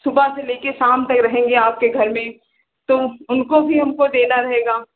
सुबह से लेकर शाम तक रहेंगे आपके घर में तो उनको भी हमको देना रहेगा